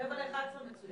ב-10:45 זה מצוין.